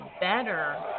better